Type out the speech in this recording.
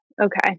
Okay